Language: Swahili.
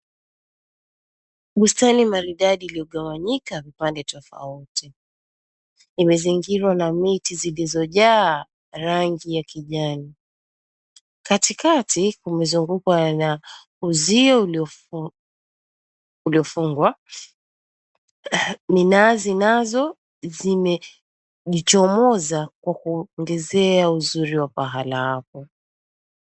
Bustani maridadi iliyogawanyika upande tofauti. Imezingirwa na miti zilizojaa rangi ya kijani. Katikati kumezungukwa na uzio uliofungwa. Minazi nazo zimejichomoza kwa kuongezea uzuri wa pahala hapo.